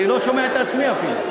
אני לא שומע את עצמי אפילו.